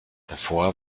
davor